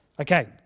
Okay